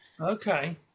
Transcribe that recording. Okay